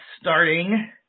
starting